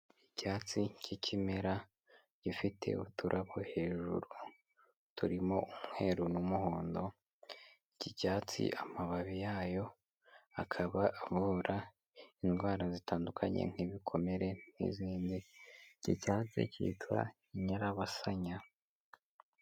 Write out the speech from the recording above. Icyatsi cy'ikimera gifite uturabo hejuru turimo umweru n'umuhondo cy'icyatsi amababi yayo akabavura indwara zitandukanye nk'ibikomere n'izindi iki cyatsi cyitwa inyarabasanya.